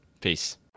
Peace